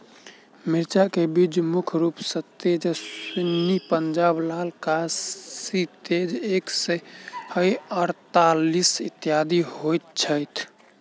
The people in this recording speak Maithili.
मिर्चा केँ बीज मुख्य रूप सँ तेजस्वनी, पंजाब लाल, काशी तेज एक सै अड़तालीस, इत्यादि होए छैथ?